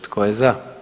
Tko je za?